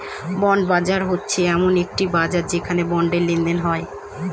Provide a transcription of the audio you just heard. bond বাজার হচ্ছে এমন একটি বাজার যেখানে বন্ডে লেনদেন হয়